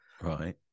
Right